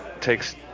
takes